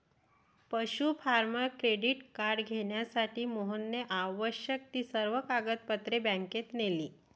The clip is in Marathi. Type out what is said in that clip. पशु फार्मर क्रेडिट कार्ड घेण्यासाठी मोहनने आवश्यक ती सर्व कागदपत्रे बँकेत नेली